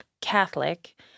Catholic